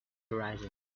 horizon